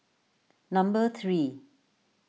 number three